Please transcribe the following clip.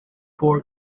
four